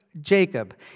Jacob